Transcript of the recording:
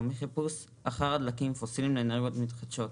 מחיפוש אחר דלקים פוסיליים לאנרגיות מתחדשות.